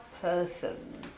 person